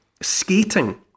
skating